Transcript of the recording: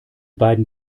beiden